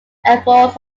efforts